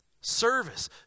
Service